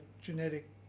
genetic